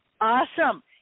Awesome